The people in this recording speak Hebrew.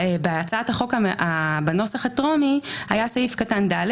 בהצעת החוק בנוסח הטרומי היה סעיף קטן (ד),